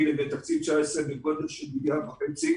לבין תקציב 2019 בגודל של 1.5 מיליארד שקל,